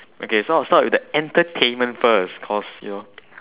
okay so I will start with the entertain first because you know